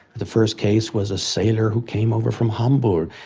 the first case was a sailor who came over from hamburg,